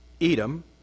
Edom